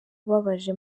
ubabaje